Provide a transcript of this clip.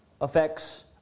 affects